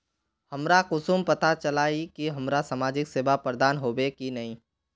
हमरा कुंसम पता चला इ की हमरा समाजिक सेवा प्रदान होबे की नहीं?